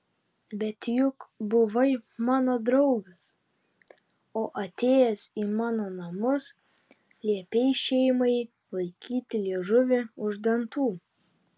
bet juk buvai mano draugas o atėjęs į mano namus liepei šeimai laikyti liežuvį už dantų